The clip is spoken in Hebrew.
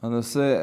תודה.